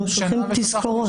אנחנו שולחים תזכורות.